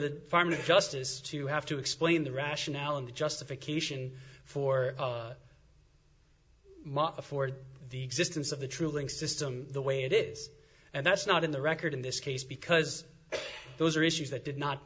the farmer justice to have to explain the rationale and the justification for afford the existence of a true link system the way it is and that's not in the record in this case because those are issues that did not